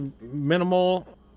minimal